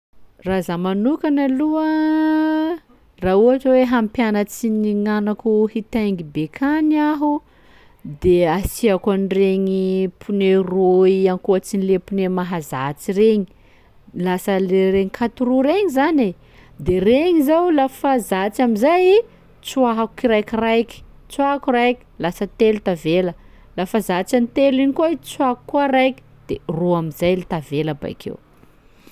Raha zaho manokana aloha raha ohatry hoe hampianatsy gny gnanako hitaingy bekany aho de asiako an'iregny pneu rôy ankoatsin'le pneu mahazatsy regny, lasa le re- quatre roue regny zany e; de regny zao lafa zatsy am'izay, tsoahako iraikiraiky, tsoahako raiky lasa telo tavela lafa zatsy an'ny telo igny koa i tsoahako koa raiky, de roa am'izay tavela abakeo.